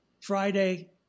Friday